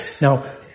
Now